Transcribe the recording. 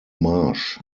marsh